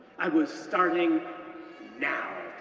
i was starting now.